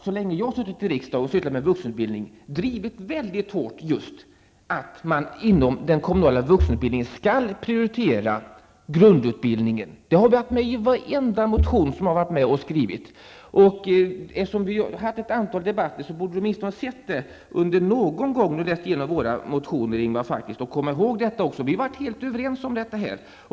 Så länge jag har suttit i riksdagen och sysslat med vuxenutbildning har vi hårt drivit att man inom den kommunala vuxenutbildningen skall prioritera grundutbildningen. Det har vi haft med i varenda motion som jag har varit med och skrivit. Vi har haft ett antal debatter. Ingvar Johnsson borde faktiskt ha sett detta åtminstone någon gång, när han har läst våra motioner, och också komma ihåg det. Vi har varit helt överens om det.